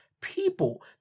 people